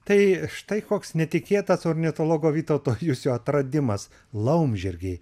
tai štai koks netikėtas ornitologo vytauto jusio atradimas laumžirgiai